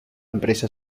empresa